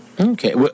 Okay